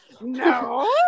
no